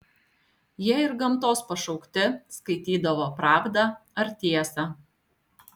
jie ir gamtos pašaukti skaitydavo pravdą ar tiesą